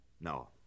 No